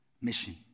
mission